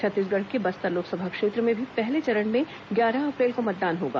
छत्तीसगढ़ के बस्तर लोकसभा क्षेत्र में भी पहले चरण में ग्यारह अप्रैल को मतदान होगा